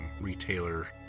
retailer